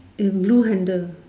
in blue handle